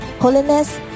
holiness